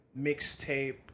mixtape